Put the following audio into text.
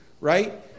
right